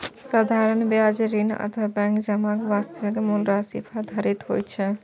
साधारण ब्याज ऋण अथवा बैंक जमाक वास्तविक मूल राशि पर आधारित होइ छै